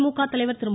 திமுக தலைவர் திரு